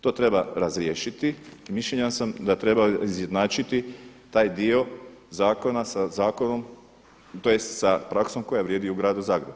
To treba razriješiti i mišljenja sam da treba izjednačiti taj dio zakona sa zakonom tj. sa praksom koja vrijedi u Gradu Zagrebu.